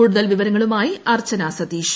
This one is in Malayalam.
കൂടുതൽ വിവരങ്ങളുമായി അർച്ചന സതീഷ്